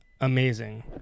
amazing